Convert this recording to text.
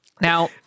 Now